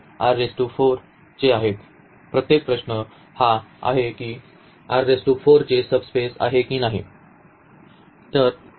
आता प्रश्न हा आहे की हे चे सबस्पेस आहे की नाही